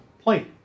plate